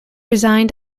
resigned